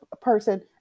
person